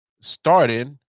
starting